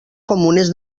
comunes